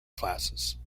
classes